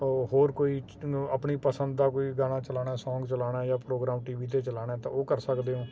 ਉਹ ਹੋਰ ਕੋਈ ਆਪਣੀ ਪਸੰਦ ਦਾ ਕੋਈ ਗਾਣਾ ਚਲਾਣਾ ਸੌਗ ਚਲਾਣਾ ਜਾਂ ਪ੍ਰੋਗਰਾਮ ਟੀ ਵੀ ਤੇ ਚਲਾਣਾ ਤਾਂ ਉਹ ਕਰ ਸਕਦੇ ਹੋ